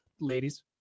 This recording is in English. ladies